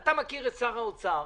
אתה מכיר את שר האוצר.